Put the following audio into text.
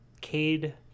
Cade